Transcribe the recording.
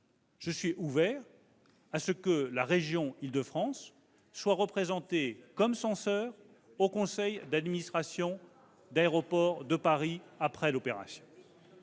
je suis ouvert à ce que la région Île-de-France soit représentée comme censeur au conseil d'administration d'Aéroports de Paris après l'opération.